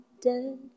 dead